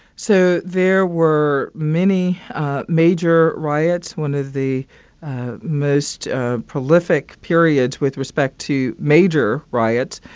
so there were many major riots one of the most prolific periods with respect to major riots.